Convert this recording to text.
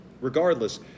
regardless